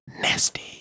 Nasty